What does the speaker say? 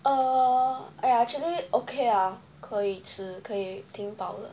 oh !aiya! actually okay 啊可以吃可以挺饱的